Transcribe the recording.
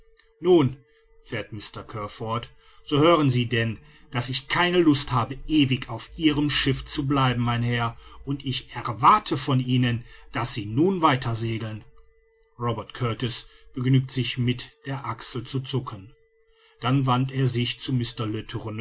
nun fährt mr kear fort so hören sie denn daß ich keine lust habe ewig auf ihrem schiffe zu bleiben mein herr und ich erwarte von ihnen daß sie nun weiter segeln robert kurtis begnügte sich mit den achseln zu zucken dann wandte er sich zu